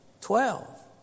Twelve